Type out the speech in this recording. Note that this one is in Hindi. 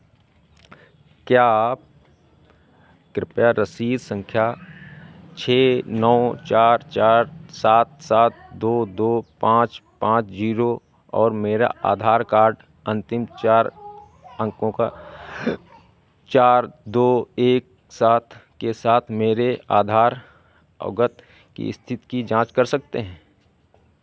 क्या आप कृपया रसीद संख्या छः नौ चार चार सात सात दो दो पाँच पाँच जीरो और मेरा आधार कार्ड अंतिम चार अंको का चार दो एक सात के साथ मेरे आधार अवगत की स्थिति की जाँच कर सकते हैं